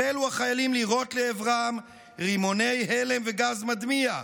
החלו החיילים לירות לעברם רימוני הלם וגז מדמיע.